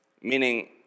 Meaning